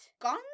Gone